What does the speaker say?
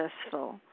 successful